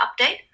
update